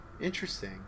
Interesting